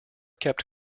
kept